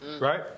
right